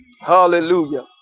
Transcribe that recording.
hallelujah